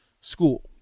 school